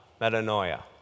Metanoia